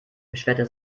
beschwerte